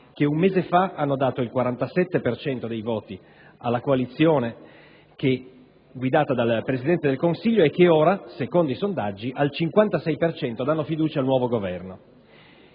che un mese fa hanno dato il 47 per cento dei voti alla coalizione guidata dal Presidente del Consiglio e che ora, secondo i sondaggi, al 56 per cento danno fiducia al nuovo Governo.